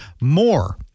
more